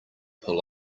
pull